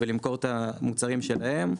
ולמכור את המוצרים שלהם.